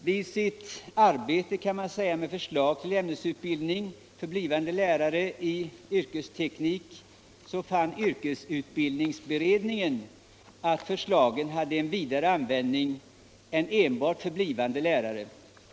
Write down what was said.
Yrkesutbildningsberedningen fann i sitt arbete med förslag till ämnesutbildning för blivande lärare i yrkesteknik att förslagen kunde få en vidare användning än enbart för blivande lärare.